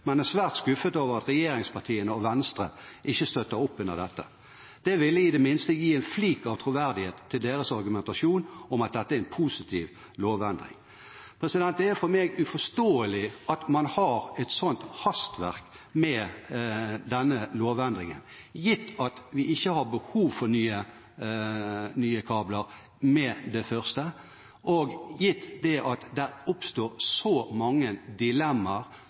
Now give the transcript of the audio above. er svært skuffet over at regjeringspartiene og Venstre ikke støtter opp under dette. Det ville i det minste gi en flik av troverdighet til deres argumentasjon om at dette er en positiv lovendring. Det er for meg uforståelig at man har et sånt hastverk med denne lovendringen, gitt at vi ikke har behov for nye kabler med det første, og gitt det at det oppstår så mange dilemmaer